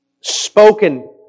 spoken